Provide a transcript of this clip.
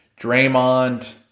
Draymond